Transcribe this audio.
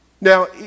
Now